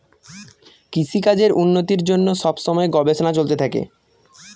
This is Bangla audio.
কৃষিকাজের উন্নতির জন্য সব সময় গবেষণা চলতে থাকে